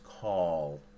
call